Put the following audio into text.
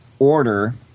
order